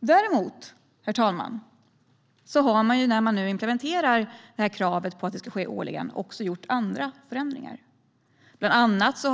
Däremot, herr talman, har man gjort andra förändringar när man nu implementerar kravet på att de ska ske årligen. Man har bland annat